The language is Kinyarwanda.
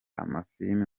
amafilimi